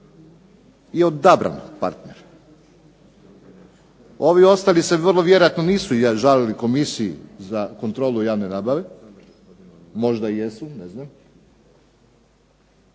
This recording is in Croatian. je odabran partner. Ovi ostali se vrlo vjerojatno nisu žalili komisiji za Kontrolu javne nabave, možda i jesu, ne znam